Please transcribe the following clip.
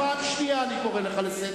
פעם אחת הם לא דרשו את זה.